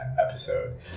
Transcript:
episode